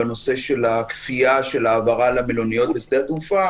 בנושא של הכפייה של העברה למלוניות בשדה התעופה